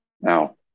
Now